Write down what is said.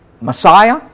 Messiah